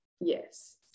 Yes